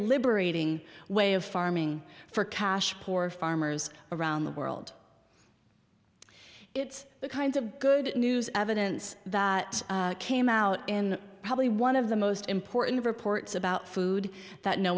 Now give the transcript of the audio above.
liberating way of farming for cash poor farmers around the world it's the kinds of good news evidence that came out in probably one of the most important reports about food that no